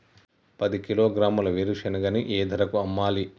పది కిలోగ్రాముల వేరుశనగని ఏ ధరకు అమ్మాలి?